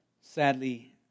Sadly